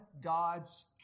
God's